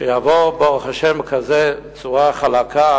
שיעבור, ברוך השם, בכזאת צורה חלקה,